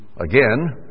again